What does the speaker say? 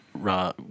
Raw